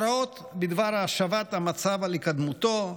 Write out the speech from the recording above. הוראות בדבר השבת המצב לקדמותו,